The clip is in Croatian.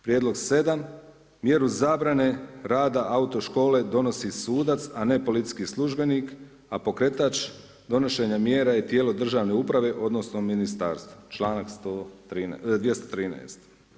Prijedlog 7., mjeru zabrane rada autoškole donosi sudac a ne policijski službenik a pokretač donošenja mjera je tijelo državne uprave odnosno ministarstvo, članak 213.